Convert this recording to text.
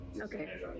Okay